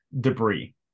debris